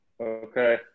Okay